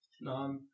No